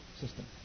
system